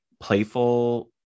playful